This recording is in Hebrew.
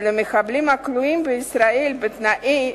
ולמחבלים הכלואים בישראל בתנאי